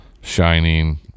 Shining